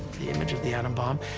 the image of the atom bomb,